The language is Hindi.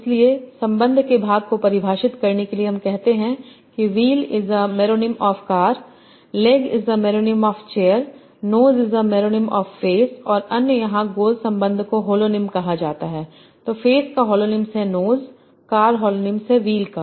इसलिए संबंध के भाग को परिभाषित करने के लिए हम कहते हैं कि wheel is a meronym of car leg is a meronym of chair nose is a meronym of face और अन्य जहां गोल संबंध को होलनेम कहा जाता है जो फेस का होलोनिम्स है नोज कार होलोनिम्स है व्हील का